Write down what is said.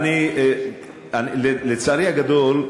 לצערי הגדול,